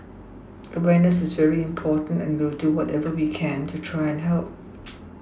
awareness is very important and we will do whatever we can to try and help